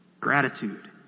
gratitude